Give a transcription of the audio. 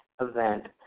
event